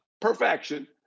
perfection